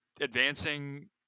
advancing